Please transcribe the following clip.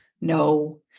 no